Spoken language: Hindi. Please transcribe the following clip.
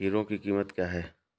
हीरो की कीमत क्या है?